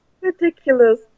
ridiculous